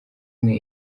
umwe